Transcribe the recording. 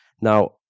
Now